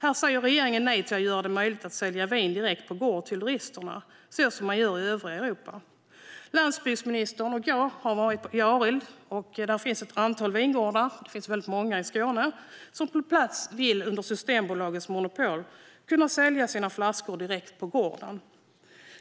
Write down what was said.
Men regeringen säger nej till att göra det möjligt att sälja vin direkt på gården till turisterna, så som man gör i övriga Europa. Landsbygdsministern har varit i Arild, där det finns ett antal vingårdar. Det finns många sådana i Skåne. De vill på plats under Systembolagets monopol kunna sälja sina flaskor direkt på gården.